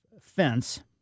fence